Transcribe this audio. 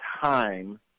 time